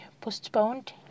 postponed